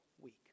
week